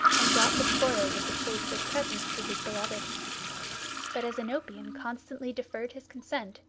and brought the spoils of the chase as presents to his beloved but as oenopion constantly deferred his consent,